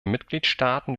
mitgliedstaaten